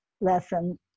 lesson